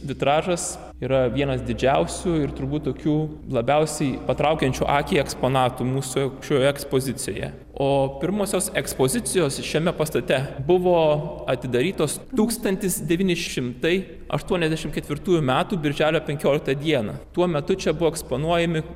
vitražas yra vienas didžiausių ir turbūt tokių labiausiai patraukiančių akį eksponatų mūsų šioje ekspozicijoje o pirmosios ekspozicijos šiame pastate buvo atidarytos tūkstantis devyni šimtai aštuoniasdešimt ketvirtųjų metų birželio penkioliktą dieną tuo metu čia buvo eksponuojami